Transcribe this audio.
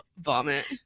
vomit